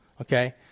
Okay